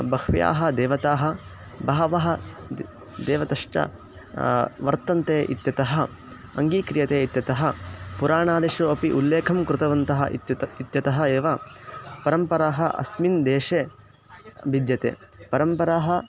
बह्व्यः देवताः बहवः देवताश्च वर्तन्ते इत्यतः अङ्गीक्रियते इत्यतः पुराणादिषु अपि उल्लेखं कृतवन्तः इत्यत इत्यतः एव परम्पराः अस्मिन् देशे भिद्यते परम्पराः